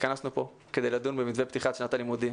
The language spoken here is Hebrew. התכנסנו פה כדי לדון במתווה פתיחת שנת הלימודים,